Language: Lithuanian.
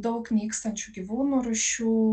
daug nykstančių gyvūnų rūšių